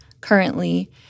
currently